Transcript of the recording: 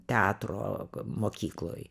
teatro mokykloj